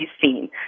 seen